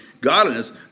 godliness